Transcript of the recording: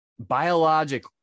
biologic